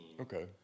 Okay